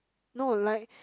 no like